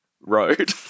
road